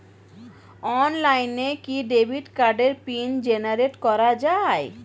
অনলাইনে কি ডেবিট কার্ডের পিন জেনারেট করা যায়?